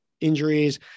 injuries